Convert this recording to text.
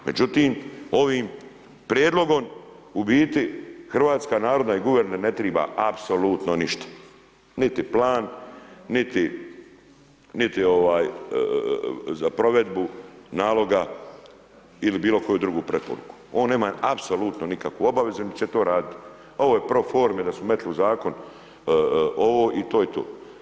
Međutim, ovim prijedlogom u biti Hrvatska narodna i guverner ne triba apsolutno ništa, niti plan, niti za provedbu naloga ili bilo koju drugu preporuku, on nema apsolutno nikakvu obavezu, niti će to radit, ovo je pro forme da su metili u zakon ovo i to je to.